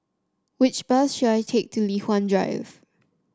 which bus should I take to Li Hwan Drive